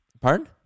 Pardon